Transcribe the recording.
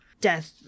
death